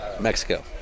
Mexico